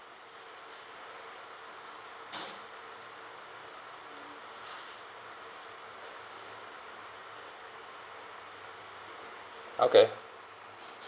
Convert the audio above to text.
okay